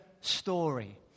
story